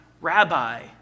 Rabbi